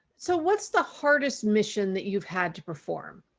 so what's the hardest mission that you've had to perform.